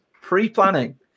pre-planning